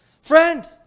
friend